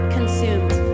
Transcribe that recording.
consumed